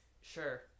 Sure